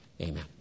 Amen